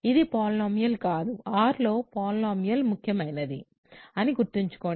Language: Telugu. ఇది పాలినామియల్ కాదు R లో పాలినామియల్ ముఖ్యమైనది అని గుర్తుంచుకోండి